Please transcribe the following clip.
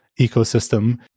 ecosystem